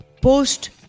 post